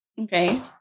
Okay